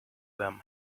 them